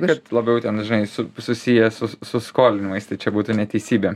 kad labiau ten žinai su susiję su su skolinimais čia būtų neteisybė